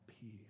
peace